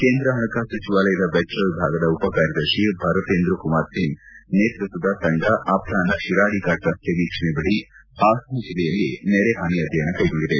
ಕೇಂದ್ರದ ಪಣಕಾಸು ಸಚಿವಾಲಯದ ವೆಜ್ವ ವಿಭಾಗದ ಉಪ ಕಾರ್ಯದರ್ಶಿ ಭರತೇಂದು ಕುಮಾರ್ ಸಿಂಗ್ ನೇತೃತ್ವದ ತಂಡ ಅಪರಾಷ್ನ ಶಿರಾಡಿ ಘಾಟ್ ರನ್ತೆ ವೀಕ್ಷಣೆ ಬಳಿಕ ಹಾಸನ ಜಿಲ್ಲೆಯಲ್ಲಿ ನೆರೆ ಹಾನಿ ಅಧ್ಯಯನ ಕೈಗೊಂಡಿದೆ